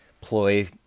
ploy